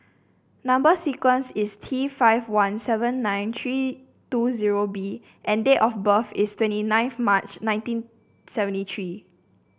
number sequence is T five one seven nine three two zero B and date of birth is twenty nineth March nineteen seventy three